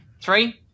Three